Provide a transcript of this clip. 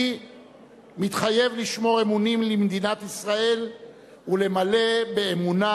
אני מתחייב לשמור אמונים למדינת ישראל ולמלא באמונה